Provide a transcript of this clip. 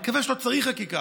אני מקווה שלא צריך חקיקה,